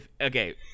Okay